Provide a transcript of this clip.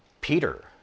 Peter